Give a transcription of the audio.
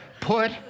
put